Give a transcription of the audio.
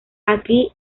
aquí